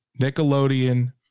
Nickelodeon